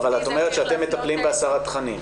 אבל את אומרת שאתם מטפלים בהסרת תכנים.